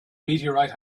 meteorite